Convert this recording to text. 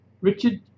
Richard